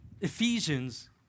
Ephesians